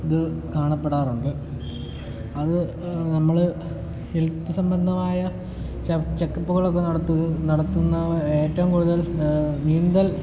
ഇത് കാണപ്പെടാറുണ്ട് അത് നമ്മൾ ഹെൽത്ത് സംബന്ധമായ ചെക്ക് ചെക്കപ്പുകൾ ഒക്കെ നടത്തു നടത്തുന്ന ഏറ്റവും കൂടുതൽ നീന്തൽ